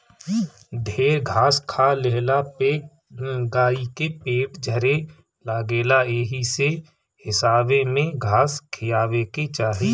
ढेर घास खा लेहला पे गाई के पेट झरे लागेला एही से हिसाबे में घास खियावे के चाही